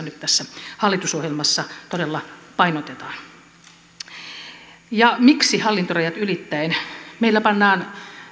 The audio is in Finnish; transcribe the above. nyt tässä hallitusohjelmassa todella painotetaan miksi hallintorajat ylittäen meillä pannaan